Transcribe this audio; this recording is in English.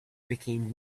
became